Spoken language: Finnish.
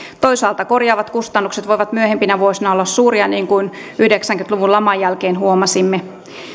toisaalta korjaavat kustannukset voivat myöhempinä vuosina olla suuria niin kuin yhdeksänkymmentä luvun laman jälkeen huomasimme